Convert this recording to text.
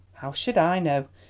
how should i know?